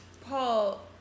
Paul